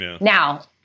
Now